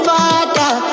Father